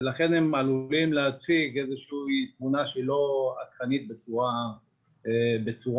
לכן הם עלולים להציג תמונה שאינה עדכנית בצורה מלאה.